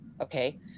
okay